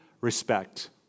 respect